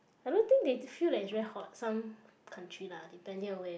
I don't think they feel like it's very hot some country lah depending on where